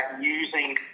using